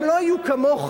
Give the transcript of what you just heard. הם לא יהיו כמוך.